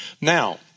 Now